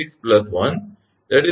16 1 2